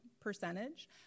percentage